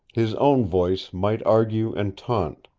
his own voice might argue and taunt.